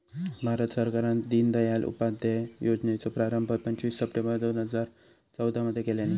भारत सरकारान दिनदयाल उपाध्याय योजनेचो प्रारंभ पंचवीस सप्टेंबर दोन हजार चौदा मध्ये केल्यानी